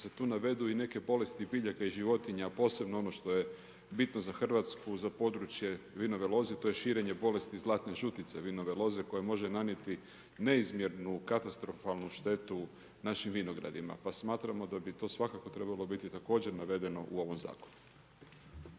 se tu navedu i neke bolesti biljaka i životinja, a posebno ono što je bitno za Hrvatsku, za područje Vinove loze, to je širenje bolesti Zlatne žutice Vinove loze koja može nanijeti neizmjernu katastrofalnu štetu našim vinogradima. Pa smatramo da bi to svakako trebalo biti također navedeno u ovom zakonu.